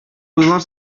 уйлар